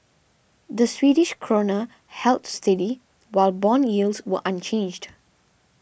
the Swedish Krona held steady while bond yields were unchanged